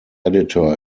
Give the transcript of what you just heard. editor